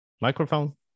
Microphone